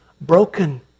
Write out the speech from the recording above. broken